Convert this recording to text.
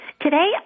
today